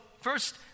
first